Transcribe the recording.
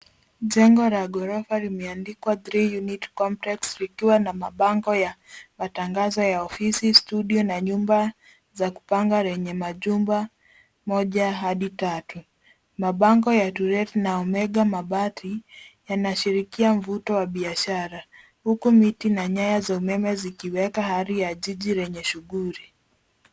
Jengo la ghorofa limeandikwa Three Unit Complex likiwa na mabango ya matangazo ya ofisi, studio na nyumba za kupanga lenye majumba moja hadi tatu, mabango ya To Let na Omega mabati yanashirikia mvuto wa biashara huku miti na nyaya za umeme zikiweka hali ya jiji yenye shughuli.